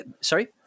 Sorry